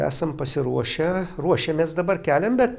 esam pasiruošę ruošiamės dabar keliam bet